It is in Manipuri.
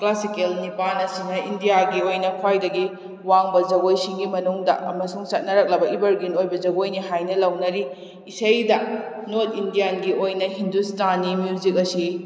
ꯀ꯭ꯂꯥꯁꯤꯀꯦꯜ ꯅꯤꯄꯥꯟ ꯑꯁꯤꯅ ꯏꯟꯗꯤꯌꯥꯒꯤ ꯑꯣꯏꯅ ꯈ꯭ꯋꯥꯏꯗꯒꯤ ꯋꯥꯡꯕ ꯖꯒꯣꯏꯁꯤꯡꯒꯤ ꯃꯅꯨꯡꯗ ꯑꯃꯁꯨꯡ ꯆꯠꯅꯔꯛꯂꯕ ꯏꯕꯔꯒ꯭ꯔꯤꯟ ꯑꯣꯏꯕ ꯖꯒꯣꯏꯅꯤ ꯍꯥꯏꯅ ꯂꯧꯅꯔꯤ ꯏꯁꯩꯗ ꯅꯣꯔꯠ ꯏꯟꯗꯤꯌꯥꯟꯒꯤ ꯑꯣꯏꯅ ꯍꯤꯟꯗꯨꯁꯇꯥꯅꯤ ꯃ꯭ꯌꯨꯖꯤꯛ ꯑꯁꯤ